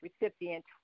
recipient